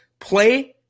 play